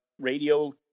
radio